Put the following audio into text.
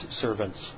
servants